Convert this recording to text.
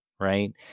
right